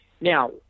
Now